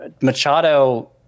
Machado